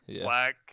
black